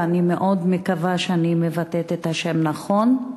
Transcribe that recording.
ואני מאוד מקווה שאני מבטאת את השם נכון,